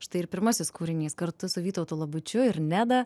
štai ir pirmasis kūrinys kartu su vytautu labučiu ir neda